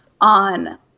on